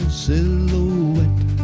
silhouette